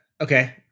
Okay